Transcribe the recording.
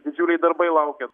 didžiuliai darbai laukia